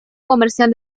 comercial